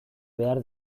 behar